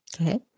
Okay